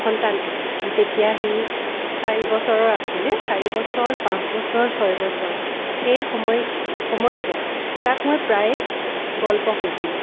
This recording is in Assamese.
সন্তানটোক যেতিয়া সি চাৰি বছৰৰ আছিলে চাৰি বছৰ পাঁচ বছৰ ছয় বছৰ সেই সময় সময়চোৱাত তাক মই প্ৰায়েই গ'ল্প কৈছিলোঁ